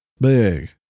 Big